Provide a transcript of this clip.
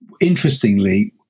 Interestingly